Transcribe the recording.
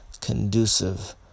conducive